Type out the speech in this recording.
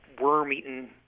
worm-eaten